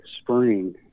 spring